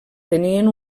tenien